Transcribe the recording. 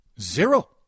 zero